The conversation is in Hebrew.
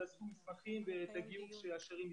תעשו מסמכים ותגיעו כשהשערים ייפתחו.